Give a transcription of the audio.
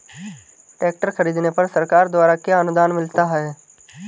Tractor खरीदने पर सरकार द्वारा क्या अनुदान मिलता है?